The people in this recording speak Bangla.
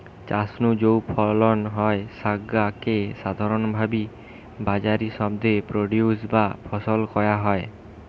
চাষ নু যৌ ফলন হয় স্যাগা কে সাধারণভাবি বাজারি শব্দে প্রোডিউস বা ফসল কয়া হয়